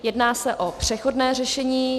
Jedná se o přechodné řešení.